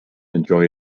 enjoy